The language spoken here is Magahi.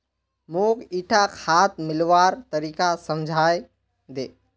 मौक ईटा खाद मिलव्वार तरीका समझाइ दे